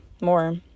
more